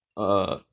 err